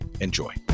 Enjoy